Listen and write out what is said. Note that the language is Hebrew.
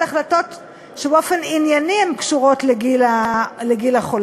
החלטות שבאופן ענייני הן קשורות לגיל החולה.